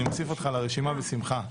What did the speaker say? אני מוסיף אותך לרשימה בשמחה.